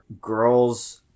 girls